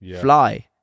fly